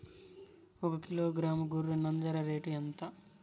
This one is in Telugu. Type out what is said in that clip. ఒకకిలో గ్రాము గొర్రె నంజర రేటు ఎంత?